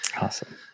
awesome